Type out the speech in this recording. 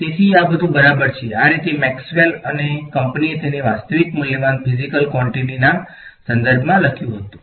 તેથી આ બધુ બરાબર છે આ રીતે મેક્સવેલ અને કંપનીએ તેને વાસ્તવિક મૂલ્યવાન ફીઝીકલ કવોંટીટીના સંદર્ભમાં લખ્યું હતું